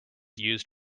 used